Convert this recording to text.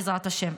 בעזרת השם.